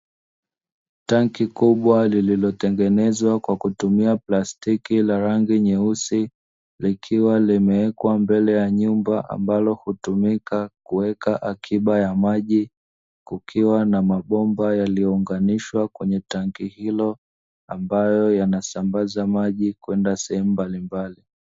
Tanki kubwa lililo tengenezwa kwa kutumia plastiki la rangi nyeusi, likiwa limewekwa mbele ya nyumba ambalo hutumika kuweka akiba ya maji, kukiwa na mabomba yaliyo ungaanishwa kwenye tanki hilo, ambayo yanasambaza maji kwenda sehemu mbali mbali.